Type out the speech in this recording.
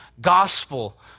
gospel